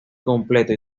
completo